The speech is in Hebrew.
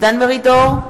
דן מרידור,